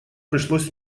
пришлось